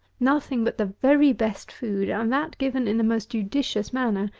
nothing but the very best food, and that given in the most judicious manner,